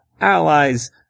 allies